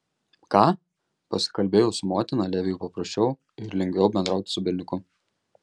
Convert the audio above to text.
ką pasikalbėjus su motina leviui paprasčiau ir lengviau bendrauti su berniuku